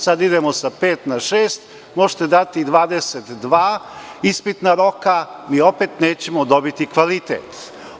Sad idemo sa pet na šest, možete dati i 22 ispitna roka, mi opet nećemo dobiti kvalitet.